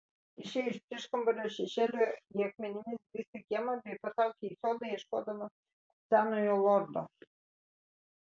išėjo iš prieškambario šešėlio į akmenimis grįstą kiemą bei patraukė į sodą ieškodama senojo lordo